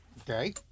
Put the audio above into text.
Okay